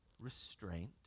restraint